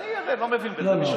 אני הרי לא מבין בזה.